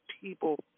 people